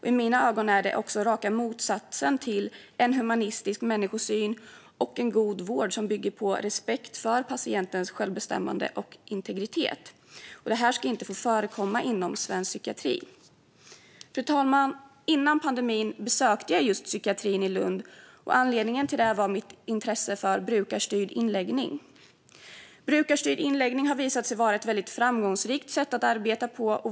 I mina ögon är det också raka motsatsen till en humanistisk människosyn och en god vård som bygger på respekt för patientens självbestämmande och integritet. Det här ska inte få förekomma inom svensk psykiatri. Fru talman! Innan pandemin besökte jag just psykiatrin i Lund. Anledningen till det var mitt intresse för brukarstyrd inläggning. Brukarstyrd inläggning har visat sig vara ett väldigt framgångsrikt sätt att arbeta på.